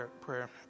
prayer